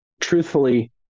Truthfully